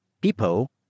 people